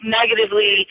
negatively